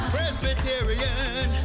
Presbyterian